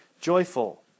joyful